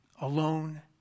alone